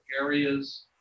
areas